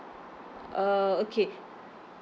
uh okay